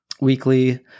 weekly